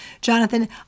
Jonathan